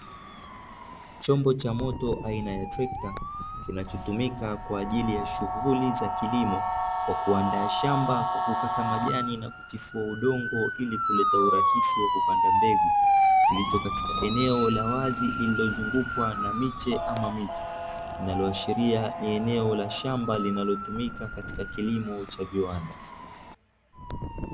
Chombo cha moto aina ya trekta kinachotumika kwa ajili ya shughuli za kilimo, kwa kuandaa shamba kwa kukata majani na kutifua udongo ili kuleta urahisi wa kupanda mbegu, kilicho katika eneo la wazi lililozungukwa na miche ama miti, linaloashiria ni eneo la shamba linalotumika katika kilimo cha viwanda.